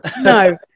no